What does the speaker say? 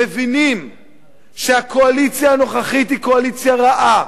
מבינים שהקואליציה הנוכחית היא קואליציה רעה,